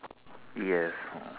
yes